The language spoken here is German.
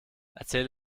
erzähl